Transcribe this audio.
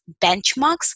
benchmarks